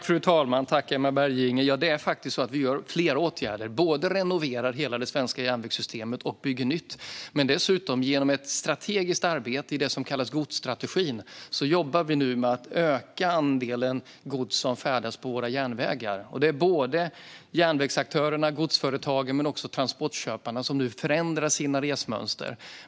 Fru talman! Det är faktiskt så att vi vidtar flera åtgärder. Vi renoverar hela det svenska järnvägssystemet och bygger nytt. Dessutom jobbar vi nu genom ett strategiskt arbete i det som kallas godsstrategin med att öka andelen gods som färdas på våra järnvägar. Det är såväl järnvägsaktörerna och godsföretagen som transportköparna som nu förändrar sina resmönster.